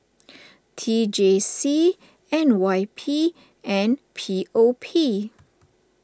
T J C N Y P and P O P